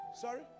Sorry